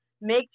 make